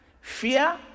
fear